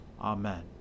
Amen